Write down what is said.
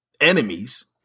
enemies